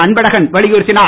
அன்பழகன் வலியுறுத்தினார்